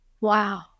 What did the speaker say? Wow